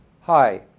Hi